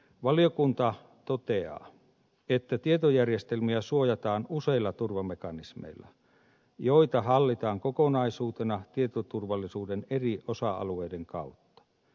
valiokunta toteaa että tietojärjestelmiä suojataan useilla turvamekanismeilla joita hallitaan kokonaisuutena tietoturvallisuuden eri osa alueiden kautta